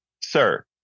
sir